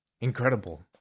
Incredible